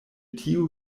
tiu